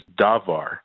davar